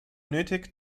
nötig